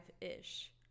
ish